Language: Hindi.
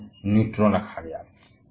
और इसका नाम न्यूट्रॉन रखा गया